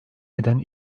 eden